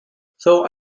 though